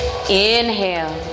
inhale